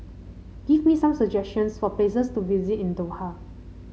give me some suggestions for places to visit in Doha